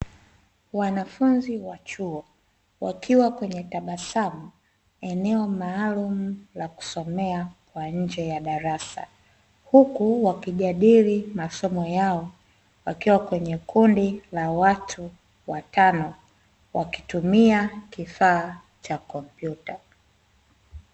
Wanafunzi wa chuo wakiwa kwenye tabasamu eneo maalumu la kusomea kwa nje ya darasa, huku wakijadili masomo yao wakiwa kwenye kundi la watu watano, wakitumia kifaa cha kompyuta.